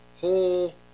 whole